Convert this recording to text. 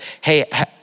hey